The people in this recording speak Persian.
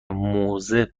موزه